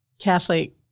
Catholic